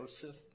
Joseph